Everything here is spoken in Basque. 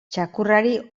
txakurrari